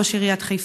ראש עיריית חיפה?